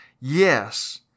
Yes